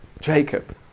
Jacob